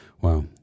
Wow